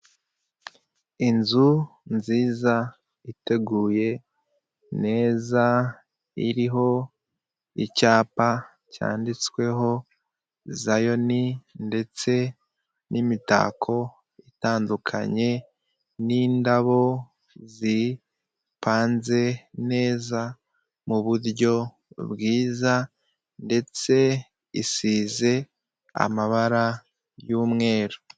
Inzu nziza iteguye neza iriho icyapa cyanditsweho zayoni, ndetse n'imitako itandukanye, n'indabo ziripanze neza muburyo bwiza, ndetse isize amabara y'umweru.